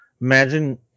Imagine